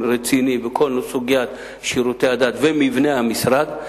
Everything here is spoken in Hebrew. רציני בכל סוגיית שירותי הדת ומבנה המשרד.